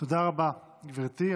תודה רבה, גברתי,